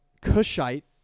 Cushite